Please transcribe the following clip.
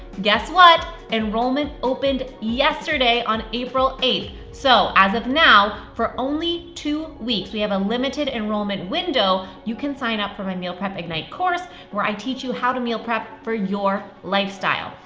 guess what, enrollment opened yesterday on april eighth. so as of now for only two weeks, we have a limited enrollment window, you can sign up for my meal prep ignite course where i teach you how to meal prep for your lifestyle.